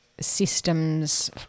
systems